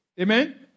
amen